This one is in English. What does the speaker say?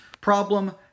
problem